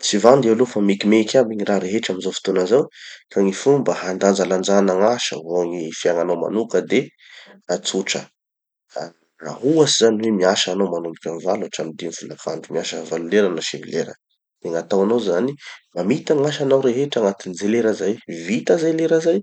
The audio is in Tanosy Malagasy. Tsy vandy aloha fa mekimeky aby gny raha rehetra amizao fotoana zao. Fa gny fomba handanjalanjana gn'asa vo gny fiaignanao manoka de, ah tsotra. Raha ohatsy zany hoe miasa hanao manomboky amy valo hatramy dimy folakandro, miasa valo lera na sivy lera. De gn'ataonao zany, mamita gn'asanao rehetra agnatin'ny ze lera zay. Vita ze lera zay,